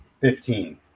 Fifteen